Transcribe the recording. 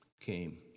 came